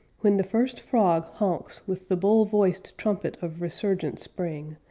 when the first frog honks with the bull-voiced trumpet of resurgent spring,